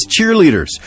cheerleaders